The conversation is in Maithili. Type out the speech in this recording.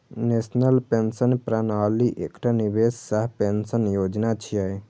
नेशनल पेंशन प्रणाली एकटा निवेश सह पेंशन योजना छियै